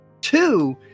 Two